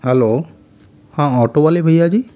hello हाँ auto वाले भैया जी